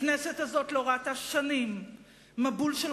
הכנסת הזאת לא ראתה שנים מבול כזה של